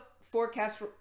forecast